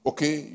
Okay